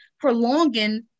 prolonging